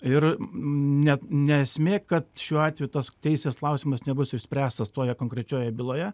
ir net ne esmė kad šiuo atveju tos teisės klausimas nebus išspręstas toje konkrečioje byloje